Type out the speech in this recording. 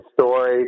story